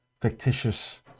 fictitious